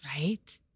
Right